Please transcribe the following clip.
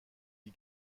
dit